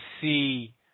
see